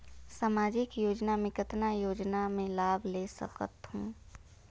समाजिक योजना मे कतना योजना मे लाभ ले सकत हूं?